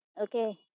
Okay